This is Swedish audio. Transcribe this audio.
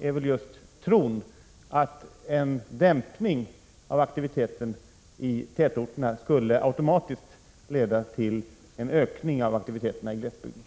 är väl just tron att en dämpning av aktiviteten i tätorterna automatiskt skulle leda till en ökning av aktiviteterna i glesbygden.